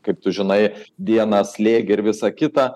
kaip tu žinai dieną slėgį ir visą kitą